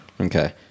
Okay